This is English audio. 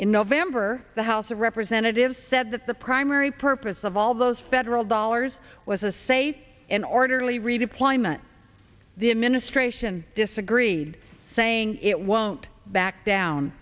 in november the house of representatives said that the primary purpose of all those federal dollars was a safe and orderly redeployment the administration disagreed saying it won't back down